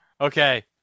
Okay